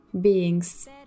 beings